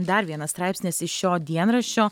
dar vienas straipsnis iš šio dienraščio